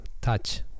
touch